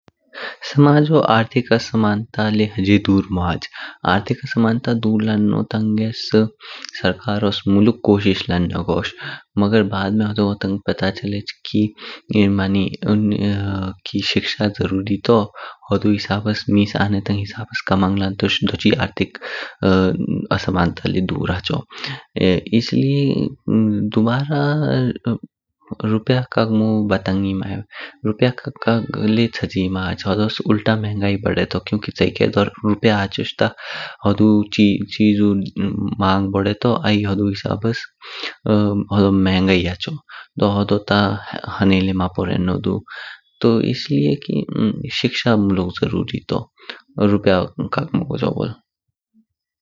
समजो आर्थिक असमानता ल्यो हे जाय दूर महाच। आर्थिक असमानता दूर लानो तांगेस सरकारोस मुलुक कोशिश लान्गोस्स। मगर बाद में होडोगो तांग पता चालेश कि मानी शिक्षा जरुरी तौ हूडू हिसाब्स मेएस आने तांग हिसाब्स कामांग लान्तोश, दोची आर्थिक असमानता ल्यो दूर हच्चो। इसलिये दुबारा रुपया कागमो बतैन ही माय, रुपया काग काग ल्यो चाची ममहाच होडोश उल्टा महंगाई बडतो। चियेक द्वा रुपया हचोश ता होडो चिजु मांग बडतो आई हूडू हिसाब्स होडो महंगा ही हाचचाओ। दू होडो ता हणे ल्यो मापोरिनो दु। दू इसलिये शिक्षा मुलुक जरुरी तौ रुपया कागमगिच ओबोल।